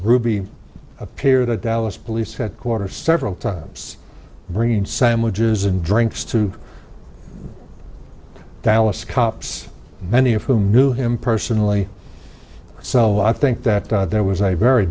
ruby appeared at dallas police headquarters several times bringing sandwiches and drinks to dallas cops many of whom knew him personally so i think that there was a very